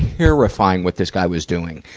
terrifying what this guy was doing.